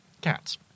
cats